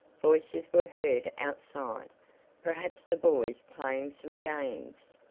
voices were heard outside perhaps the boys playing some games.